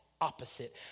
opposite